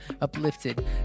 uplifted